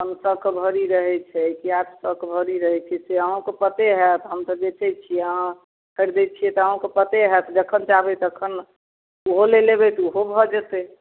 पाँच सओके भरि रहै छै कि आठ सओके भरि रहै छै से अहूँके पते हैत हम तऽ बेचै छिए अहाँ खरिदै छिए तऽ अहूँके पते हैत जखन चाहबै तखन ओहो लैलए अएबै तऽ ओहो भऽ जेतै